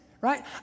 right